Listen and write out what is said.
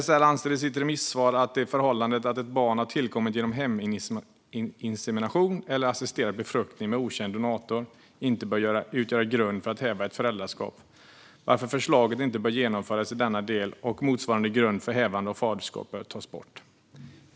RFSL anser i sitt remissvar att det förhållandet att ett barn har tillkommit genom heminsemination eller assisterad befruktning med okänd donator inte bör utgöra grund för att häva ett föräldraskap, varför förslaget inte bör genomföras i denna del, och motsvarande grund för hävande av faderskap bör tas bort.